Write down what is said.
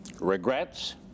Regrets